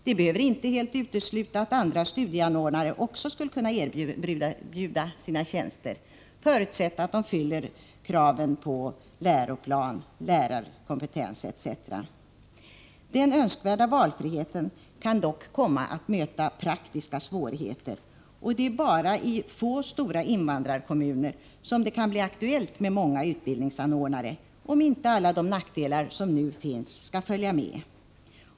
Det behöver inte helt utesluta att också andra studieanordnare skulle kunna erbjuda sina tjänster, förutsatt att de uppfyller kraven i fråga om lärare, läroplan, kompetens etc. Den önskvärda valfriheten kan dock komma att möta praktiska svårigheter. Bara i några få stora invandrarkommuner kan det bli aktuellt med många utbildningsanordnare, om inte alla de nackdelar som nu finns skall följa med.